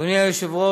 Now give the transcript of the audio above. מתכבד,